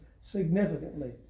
significantly